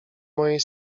mojej